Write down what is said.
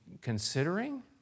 considering